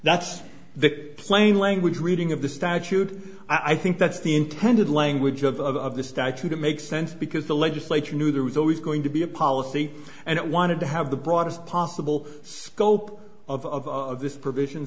that's the plain language reading of the statute i think that's the intended language of the statute it makes sense because the legislature knew there was always going to be a policy and it wanted to have the broadest possible scope of this provision